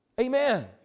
Amen